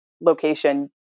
location